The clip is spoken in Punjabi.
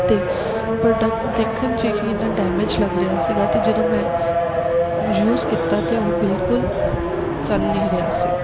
ਅਤੇ ਪ੍ਰੋਡਕਟ ਦੇਖਣ 'ਚ ਹੀ ਇੰਨਾਂ ਡੈਮੇਜ ਲੱਗ ਰਿਹਾ ਸੀਗਾ ਅਤੇ ਜਦੋਂ ਮੈਂ ਯੂਜ ਕੀਤਾ ਤਾਂ ਉਹ ਬਿਲਕੁਲ ਚੱਲ ਨਹੀਂ ਰਿਹਾ ਸੀ